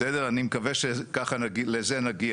אני מקווה שזה נגיע.